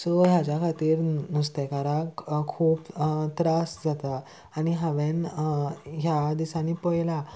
so हाज्या खातीर नुस्तेकाराक खूब त्रास जाता आनी हांवेंन ह्या दिसांनी पयलां